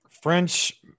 French